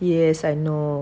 yes I know